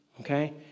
okay